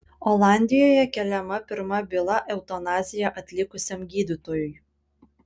olandijoje keliama pirma byla eutanaziją atlikusiam gydytojui